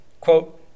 Quote